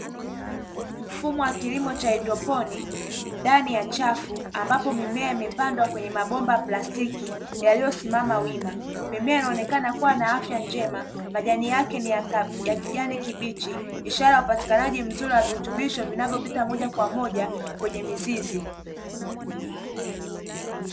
Mfumo wa kilimo cha haidroponi ndani ya safu, ambapo mimea imepandwa mabomba ya plastiki yanayosimama wima. Mimea inaonekana kuwa na afya njema, majani yake ni yakijani kibichi. Ishara ya upatikanaji wa virutubisho vinavyopita moja kwa moja kwenye mizizi.